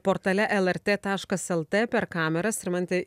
portale lrt taškas lt per kameras rimantė